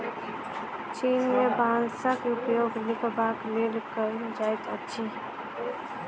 चीन में बांसक उपयोग लिखबाक लेल कएल जाइत अछि